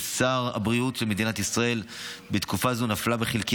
כשר הבריאות של מדינת ישראל בתקופה זו נפלה בחלקי